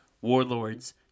warlords